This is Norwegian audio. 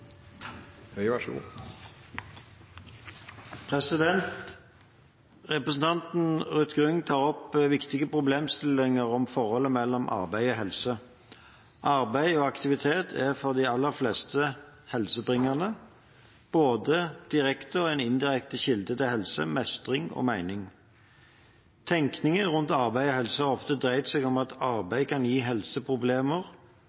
Representanten Ruth Grung tar opp viktige problemstillinger om forholdet mellom arbeid og helse. Arbeid og aktivitet er for de aller fleste helsebringende og både direkte og indirekte en kilde til helse, mestring og mening. Tenkningen rundt arbeid og helse har ofte dreid seg om at arbeid kan gi helseproblemer,